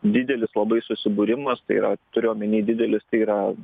didelis labai susibūrimas tai yra turiu omeny didelis tai yra